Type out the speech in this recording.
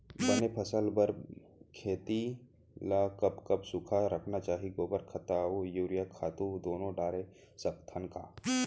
बने फसल बर खेती ल कब कब सूखा रखना चाही, गोबर खत्ता और यूरिया खातू दूनो डारे सकथन का?